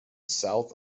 south